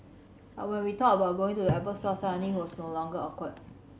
but when we thought about going to the Apple store suddenly he was no longer awkward